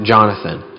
Jonathan